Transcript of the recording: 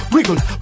Wiggle